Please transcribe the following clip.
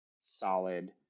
solid